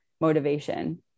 motivation